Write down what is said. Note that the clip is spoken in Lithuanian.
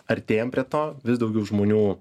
artėjam prie to vis daugiau žmonių